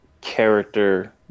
character